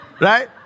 right